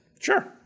Sure